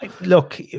look